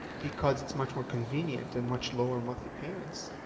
because it's much more convenient and much lower monthly payments,